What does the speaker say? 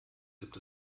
gibt